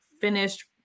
finished